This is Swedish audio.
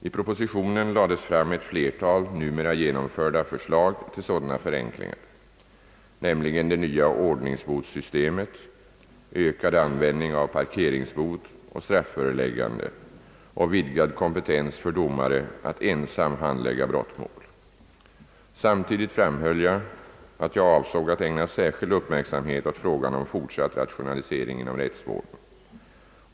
I propositionen lades fram ett flertal numera genomförda förslag till sådana förenklingar, nämligen det nya ordningsbotssystemet, ökad användning av parkeringsbot och strafföreläggande samt vidgad kompetens för domare att ensam handlägga brottmål. Samtidigt framhöll jag, att jag avsåg att ägna särskild uppmärksamhet åt frågan om fortsatt rationalisering inom rättsvården.